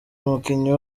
umukinnyi